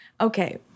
Okay